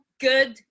Good